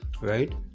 right